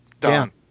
Done